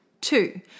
Two